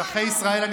אזרחי ישראל,